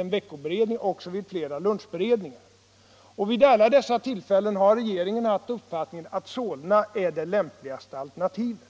en veckoberedning också vid flera lunchberedningar. Vid alla dessa tillfällen har regeringen haft uppfattningen att Solna är det lämpligaste alternativet.